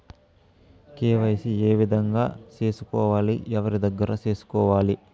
KYC ఏ విధంగా సేసుకోవాలి? ఎవరి దగ్గర సేసుకోవాలి?